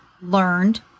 learned